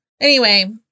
Anyway-